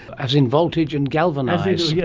as in voltage and galvanise. yes, yeah